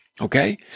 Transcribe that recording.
Okay